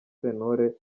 sentore